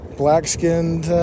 black-skinned